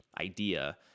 idea